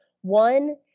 One